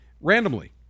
randomly